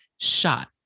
shot